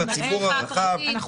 הציבור הרחב.